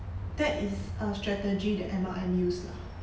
that is a strategy the M_L_M use lah